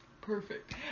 Perfect